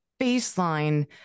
baseline